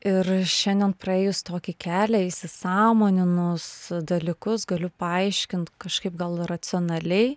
ir šiandien praėjus tokį kelią įsisąmoninus dalykus galiu paaiškint kažkaip gal racionaliai